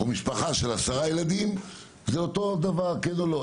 ומשפחה של 10 ילדים זה אותו דבר, כן א לא?